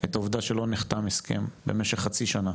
את העובדה שלא נחתם הסכם במשך חצי שנה,